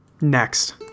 Next